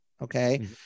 Okay